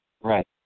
Right